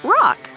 rock